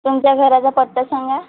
तुमच्या घराचा पत्ता सांगा